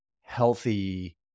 healthy